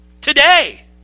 today